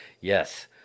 Yes